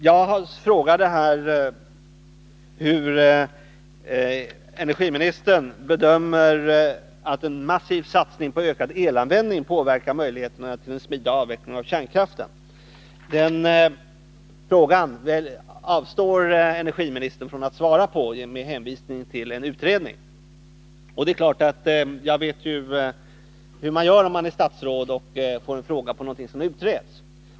Jag frågade energiministern hur han bedömer att en massiv satsning på ökad elanvändning påverkar möjligheterna till en smidig avveckling av kärnkraften. Den frågan avstår energiministern från att svara på med hänvisning till en utredning. Det är klart att jag vet hur man gör när man är statsråd och får en fråga på någonting som utreds.